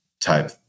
type